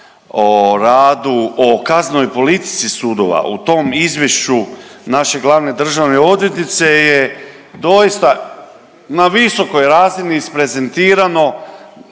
o radu, o kaznenoj politici sudova. U tom izvješću naše glavne državne odvjetnice je doista na visokoj razini isprezentirano